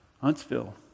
Huntsville